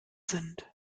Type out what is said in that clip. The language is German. sind